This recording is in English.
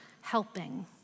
helping